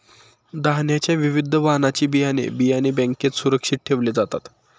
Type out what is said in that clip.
धान्याच्या विविध वाणाची बियाणे, बियाणे बँकेत सुरक्षित ठेवले जातात